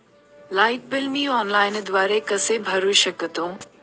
Light bill मी ऑनलाईनद्वारे कसे भरु शकतो?